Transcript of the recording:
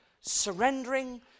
surrendering